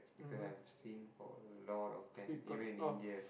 because I've seen for a lot of them even in India